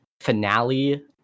finale